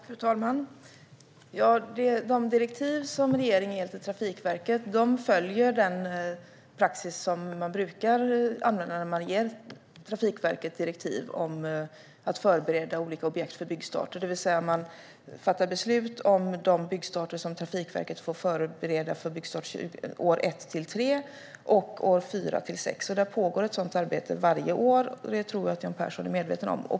Fru talman! De direktiv som regeringen ger Trafikverket följer den praxis som man brukar använda när man ger Trafikverket direktiv att förbereda olika objekt för byggstarter. Man fattar alltså beslut om de byggstarter som Trafikverket får förbereda för år ett till tre och år fyra till sex. Det pågår ett sådant arbete varje år. Det tror jag att Jan Ericson är medveten om.